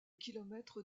kilomètres